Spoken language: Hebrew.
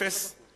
אפס?